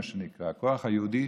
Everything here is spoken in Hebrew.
הכוח היהודי,